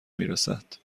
میرسد